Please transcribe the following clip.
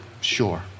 sure